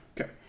Okay